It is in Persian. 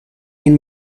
این